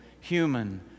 human